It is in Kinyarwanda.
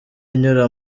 inyura